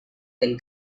del